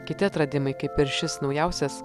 kiti atradimai kaip ir šis naujausias